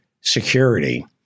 security